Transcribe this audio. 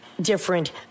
different